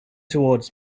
towards